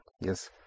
yes